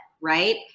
right